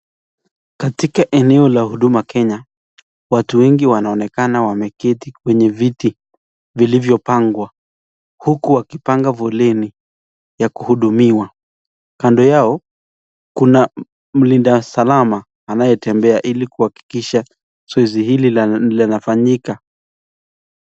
Katika eneo la huduma Kenya watu wengi wanaonekana wameketi kwenye viti vilivyopangwa huku wakipanga foleni ya kuhudumiwa , kando yao kuna mlinda salama anayetembea ili kuhakikisha zoezi hili linafanyika.